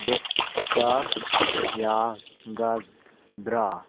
ꯗꯣꯛꯄ ꯌꯥꯒꯗ꯭ꯔꯥ